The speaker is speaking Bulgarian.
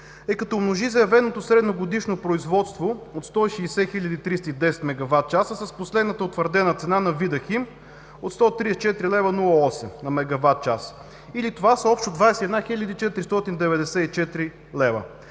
е като умножи заявеното средногодишно производство от 160 хил. 310 мегаватчаса с последната утвърдена цена на „Видахим“ от 134,08 лв. на мегаватчаса или това са общо 21 494 лв.